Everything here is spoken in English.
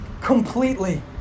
completely